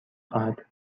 خواهد